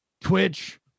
Twitch